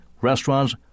restaurants